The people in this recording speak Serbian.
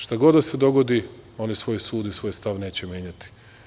Šta god da se dogodi, oni svoj sud i svoj stav neće menjati.